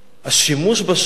השימוש בשואה